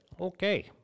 Okay